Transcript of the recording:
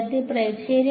വിദ്യാർത്ഥി പ്രൈം